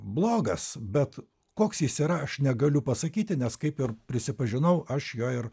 blogas bet koks jis yra aš negaliu pasakyti nes kaip ir prisipažinau aš jo ir